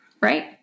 right